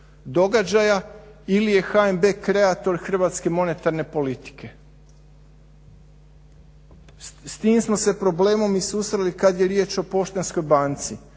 događaja ili je HNB kreator hrvatske monetarne politike. S tim smo se problemom i susreli kad je riječ o Poštanskoj banci